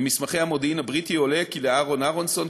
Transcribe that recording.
ממסמכי המודיעין הבריטי עולה כי לאהרן אהרונסון,